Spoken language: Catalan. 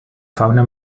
fauna